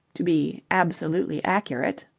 to be absolutely accurate.